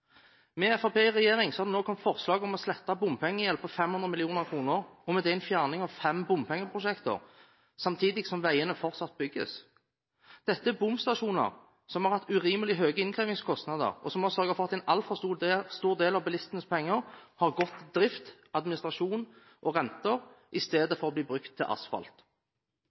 Med Fremskrittspartiet i regjering har det nå kommet forslag om å slette bompengegjeld på 500 mill. kr, og med det en fjerning av fem bompengeprosjekter, samtidig som veiene fortsatt bygges. Dette er bomstasjoner som har hatt urimelig høye innkrevingskostnader, og som har sørget for at en altfor stor del av bilistenes penger har gått til drift, administrasjon og renter i stedet for å bli brukt til asfalt.